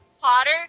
Potter